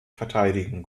verteidigen